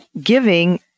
giving